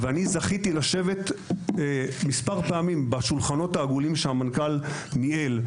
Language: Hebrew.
ואני זכיתי לשבת מספר פעמים בשולחנות העגולים שהמנכ"ל ניהל,